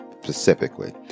specifically